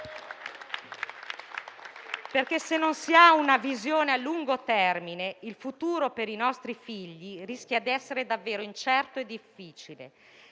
se non si ha una visione a lungo termine, il futuro per i nostri figli rischia di essere davvero incerto e difficile.